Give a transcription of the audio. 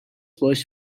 باهاش